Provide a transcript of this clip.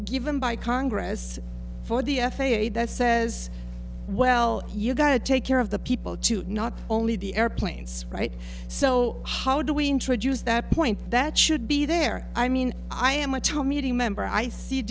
given by congress for the f a a that says well you've got to take care of the people to not only the airplanes right so how do we introduce that point that should be there i mean i am a total media member i